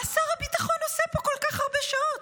מה שר הביטחון עושה פה כל כך הרבה שעות,